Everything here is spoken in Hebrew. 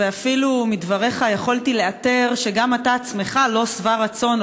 ואפילו מדבריך יכולתי לאתר שגם אתה עצמך לא שבע רצון,